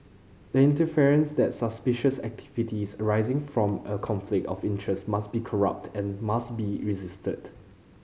the interference that suspicious activities arising from a conflict of interest must be corrupt and must be resisted